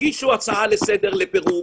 תגישו הצעה לסדר לפירוק,